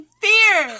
fear